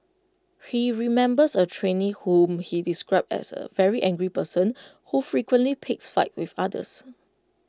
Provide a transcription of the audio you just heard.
he remembers A trainee whom he described as A very angry person who frequently picked fights with others